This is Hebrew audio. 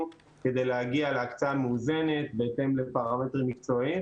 כדי להגיע להקצאה מאוזנת בהתאם לפרמטרים מקצועיים,